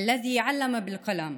אשר לימד בקולמוס,